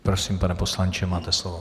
Prosím, pane poslanče, máte slovo.